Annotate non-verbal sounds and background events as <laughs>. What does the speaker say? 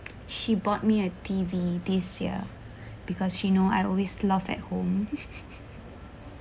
she bought me a T_V this year because she know I always love at home <laughs>